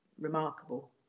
remarkable